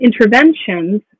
interventions